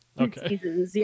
okay